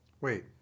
Wait